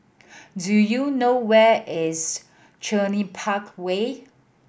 do you know where is Cluny Park Way